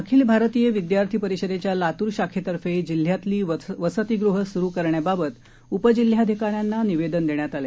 अखिल भारतीय विद्यार्थी परिषदेच्या लातूर शाखेतर्फे जिल्ह्यातली वसतिगृहं सुरु करण्याबाबत उप जिल्हाधिकाऱ्यांना निवेदन देण्यात आलं